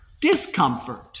discomfort